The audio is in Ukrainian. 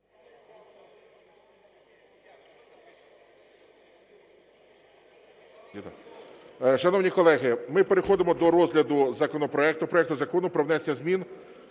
Шановні колеги, ми переходимо до розгляду законопроекту, проекту Закону про внесення зміни